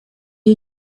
you